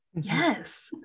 Yes